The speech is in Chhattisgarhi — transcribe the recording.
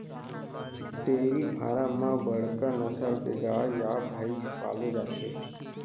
डेयरी फारम म बड़का नसल के गाय या भईंस पाले जाथे